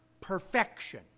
perfection